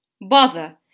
Bother